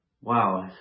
wow